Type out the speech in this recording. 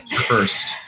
first